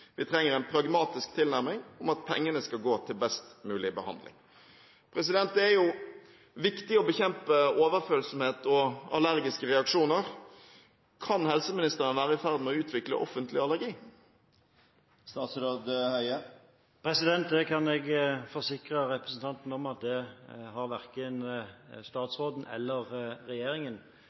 Vi trenger en pragmatisk tilnærming om at pengene skal gå til best mulig behandling. Det er viktig å bekjempe overfølsomhet og allergiske reaksjoner. Kan helseministeren være i ferd med å utvikle offentlig allergi? Jeg kan forsikre representanten om at verken statsråden eller regjeringen